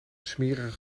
smerige